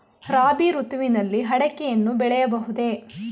ರಾಬಿ ಋತುವಿನಲ್ಲಿ ಅಡಿಕೆಯನ್ನು ಬೆಳೆಯಬಹುದೇ?